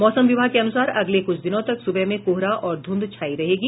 मौसम विभाग के अनुसार अगले कुछ दिनों तक सुबह में कोहरा और धूंध छाया रहेगा